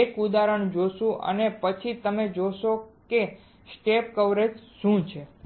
એક ઉદાહરણ જોશું અને પછી તમે જોશો કે સ્ટેપ કવરેજ શું છે